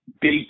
big